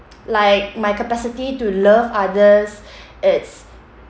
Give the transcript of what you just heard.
like my capacity to love others it's